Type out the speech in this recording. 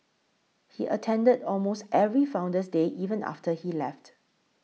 he attended almost every Founder's Day even after he left